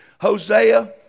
Hosea